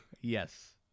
Yes